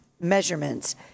measurements